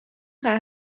قهوه